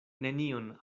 nenion